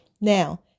Now